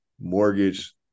mortgage